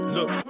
Look